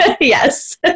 Yes